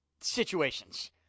situations